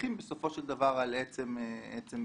שמשליכים בסופו של דבר על עצם התפקוד